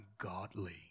ungodly